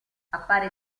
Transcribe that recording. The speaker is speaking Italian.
appare